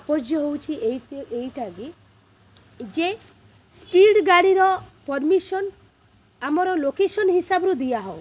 ତାତ୍ପର୍ଯ୍ୟ ହେଉଛି ଏଇ ଏଇଟାକି ଯେ ସ୍ପିଡ଼୍ ଗାଡ଼ିର ପରମିସନ୍ ଆମର ଲୋକେସନ୍ ହିସାବରୁ ଦିଆହେଉ